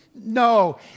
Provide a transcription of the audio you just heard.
No